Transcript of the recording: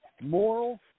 Moral